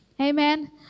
Amen